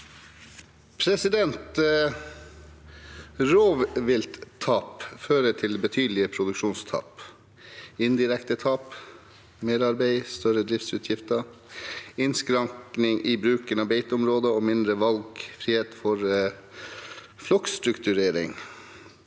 Rovvilttap fø- rer til betydelige produksjonstap, indirekte tap, merarbeid, større driftsutgifter, innskrenking i bruken av beiteområder og mindre valgfrihet for flokkstrukturering.